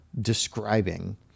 describing